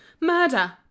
murder